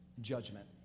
judgment